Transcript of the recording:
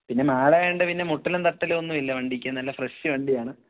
പിന്നെ മാഡമായതുകൊണ്ട് പിന്നെ മുട്ടലും തട്ടലുമൊന്നുമില്ല വണ്ടിക്ക് നല്ല ഫ്രഷ് വണ്ടിയാണ്